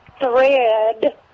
thread